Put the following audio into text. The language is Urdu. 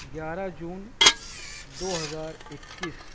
گیارہ جون دو ہزار اکیس